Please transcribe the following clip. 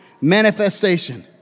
manifestation